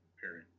period